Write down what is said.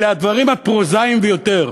אלה הדברים הפרוזאיים ביותר: